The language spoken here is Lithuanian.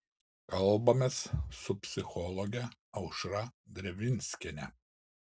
kalbamės su psichologe aušra drevinskiene